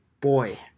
boy